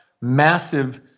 massive